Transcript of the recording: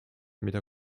mida